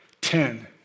Ten